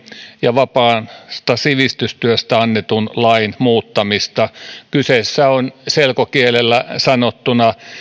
ja vapaasta sivistystyöstä annetun lain muuttamista kyseessä on selkokielellä sanottuna